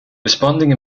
responding